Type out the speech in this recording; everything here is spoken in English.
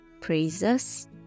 praises